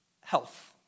health